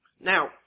Now